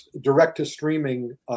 direct-to-streaming